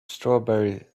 strawberry